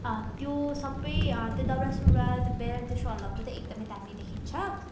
त्यो सबै त्यो दौरा सुरुवाल त्यो बेल्ट त्यो सल लगाउँदा त एकदमै दामी देखिन्छ